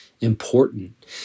important